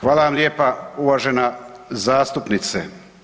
Hvala vam lijepa, uvažena zastupnice.